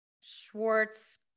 Schwartz